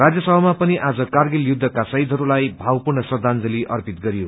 राज्यसभामा पनि आज कारगिल युद्धका शहीदहरूलाई भवपूर्ण श्रदाजंली अर्पित गरियो